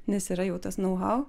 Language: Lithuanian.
nes yra jau tas nau hau